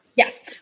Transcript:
Yes